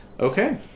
Okay